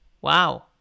Wow